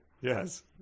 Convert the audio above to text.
Yes